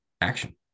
action